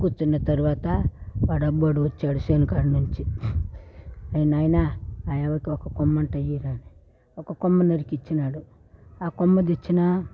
కూర్చున్న తర్వాత వాడోబోడు వచ్చాడు చేను కానుంచి ఏ నాయనా ఆయవ్వకు ఒక కొమ్మ అంట ఈర ఒక కొమ్మ నరికిచ్చినాడు ఆ కొమ్మ తెచ్చిన